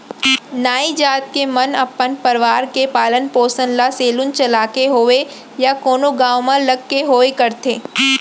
नाई जात के मन अपन परवार के पालन पोसन ल सेलून चलाके होवय या कोनो गाँव म लग के होवय करथे